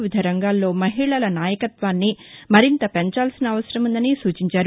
వివిధ రంగాల్లో మహిళల నాయకత్వాన్ని మరింత పెంచాల్సిన అవసరముందని సూచించారు